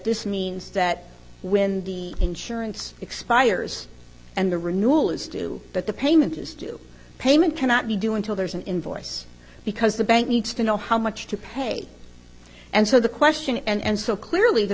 this means that when the insurance expires and the renewal is due but the payment is due payment cannot be doing till there is an invoice because the bank needs to know how much to pay and so the question and so clearly the